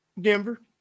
Denver